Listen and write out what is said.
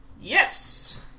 Yes